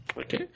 Okay